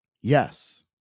Yes